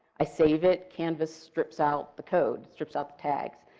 i save it, canvas strips out the code, strips out the tags.